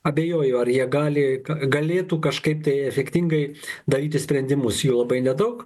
abejoju ar jie gali galėtų kažkaip tai efektingai daryti sprendimus jų labai nedaug